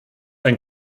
ein